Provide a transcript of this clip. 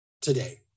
today